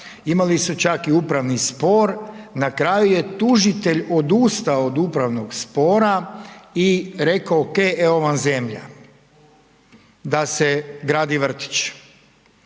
Imali su čak i upravni spor. Na kraju je tužitelj odustao od upravnog spora i rekao – ok evo vam zemlja da se gradi vrtić,